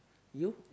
you